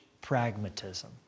pragmatism